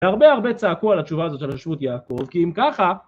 הרבה הרבה צעקו על התשובה הזאת של השבות יעקב כי אם ככה